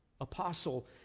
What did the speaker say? apostle